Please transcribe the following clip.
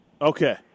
Okay